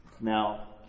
Now